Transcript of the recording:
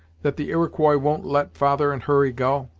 that the iroquois won't let father and hurry go?